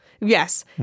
Yes